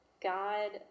God